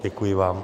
Děkuji vám.